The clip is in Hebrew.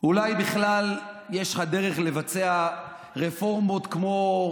אולי לזרוק אותנו במריצות למזבלה.